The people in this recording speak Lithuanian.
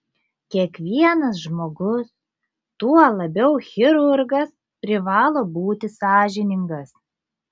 kiekvienas žmogus tuo labiau chirurgas privalo būti sąžiningas